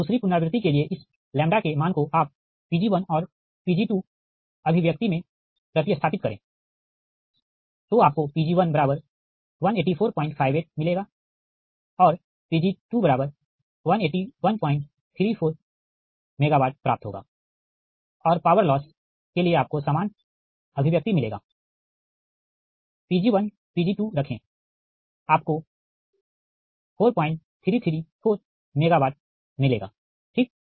तो दूसरी पुनरावृति के लिए इस के मान को आप Pg1 और Pg2 अभिव्यक्ति में प्रति स्थापित करें आपको Pg118458 MWमिलेगा और Pg2 18134 MW प्राप्त होगा और पावर लॉस के लिए आपको समान अभिव्यक्ति मिलेगा Pg1 Pg2 रखें आपको 4334 MW मिलेगा ठीक